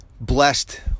blessed